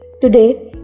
Today